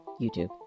YouTube